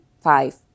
five